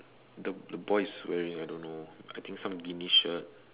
the the boy is wearing I don't know I think some Beni shirt